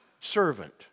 servant